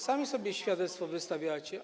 Sami sobie świadectwo wystawiacie.